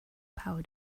power